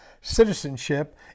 citizenship